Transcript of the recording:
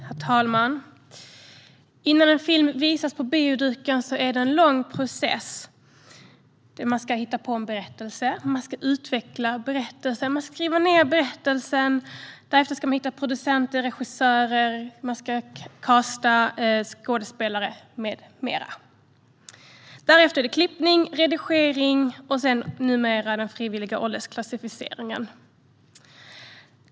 Herr talman! Innan en film visas på bioduken är det en lång process. Man ska hitta på en berättelse, utveckla den och skriva ned den. Därefter ska man hitta producenter och regissörer, casta skådespelare med mera. Därefter följer klippning och redigering och numera den frivilliga åldersklassificeringen.